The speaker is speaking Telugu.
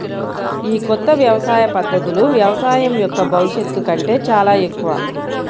ఈ కొత్త వ్యవసాయ పద్ధతులు వ్యవసాయం యొక్క భవిష్యత్తు కంటే చాలా ఎక్కువ